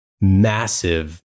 massive